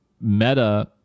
Meta